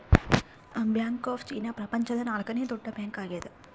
bank of China ಪ್ರಪಂಚದ ನಾಲ್ಕನೆ ದೊಡ್ಡ ಬ್ಯಾಂಕ್ ಆಗ್ಯದ